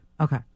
Okay